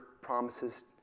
promises